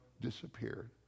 disappeared